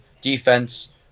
defense